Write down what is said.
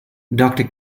doctor